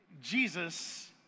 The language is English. Jesus